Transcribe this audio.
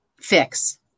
fix